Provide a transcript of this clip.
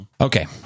Okay